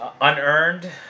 unearned